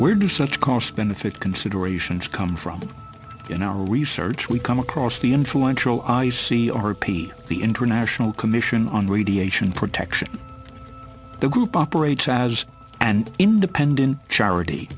where do such cost benefit considerations come from in our research we come across the influential i see or paid the international commission on radiation protection the group operates as and independent charity